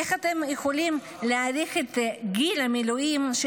איך אתם יכולים להאריך את גיל המילואים של